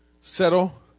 settle